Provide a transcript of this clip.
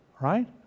right